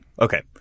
okay